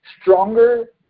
stronger